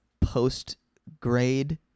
post-grade